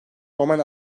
romen